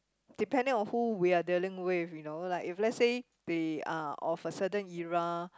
depending on who we are dealing with you know like if let's say they are of a certain era